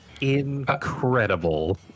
Incredible